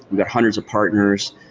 we've got hundreds of partners.